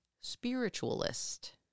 spiritualist